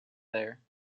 there